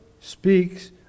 speaks